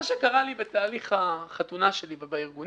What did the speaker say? מה שקרה לי בתהליך החתונה שלי ובארגון